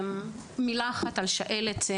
מילה אחת על שעלת: